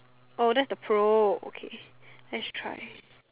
oh that's the pro okay let's try